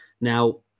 Now